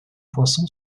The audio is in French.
poisson